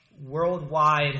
worldwide